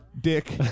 dick